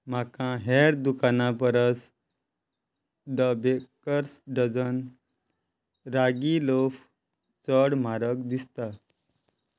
म्हाका हेर दुकानां परस the bakers dozen ragi loaf चड म्हारग दिसता